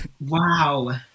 Wow